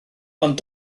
ond